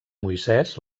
moisès